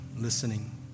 listening